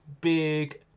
big